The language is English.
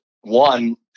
one